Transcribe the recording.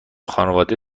خانواده